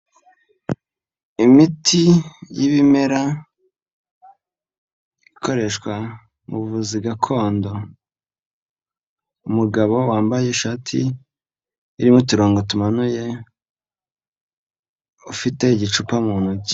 Imiti y'ibimera ikoreshwa mu buvuzi gakondo. Umugabo wambaye ishati irimo uturongo tumanuye, ufite igicupa mu ntoki.